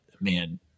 man